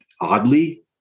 oddly